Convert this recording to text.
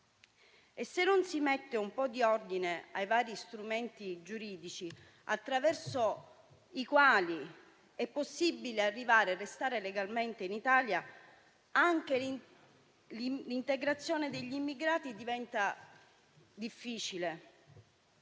Se non si mette un po' di ordine fra i vari strumenti giuridici attraverso i quali è possibile arrivare e restare legalmente in Italia, anche l'integrazione degli immigrati diventa difficile.